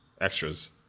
Extras